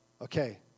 Okay